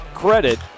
credit